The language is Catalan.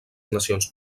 nacions